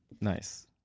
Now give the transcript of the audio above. Nice